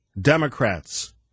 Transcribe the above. Democrats